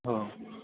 हो